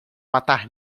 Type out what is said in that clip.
matar